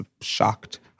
shocked